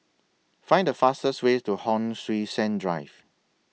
Find The fastest Way to Hon Sui Sen Drive